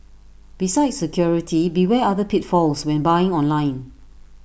besides security beware other pitfalls when buying online